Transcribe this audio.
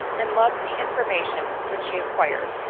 and loved the information which she acquired,